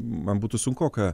man būtų sunkoka